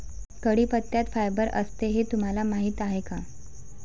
कढीपत्त्यात फायबर असते हे तुम्हाला माहीत आहे का?